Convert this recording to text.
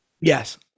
Yes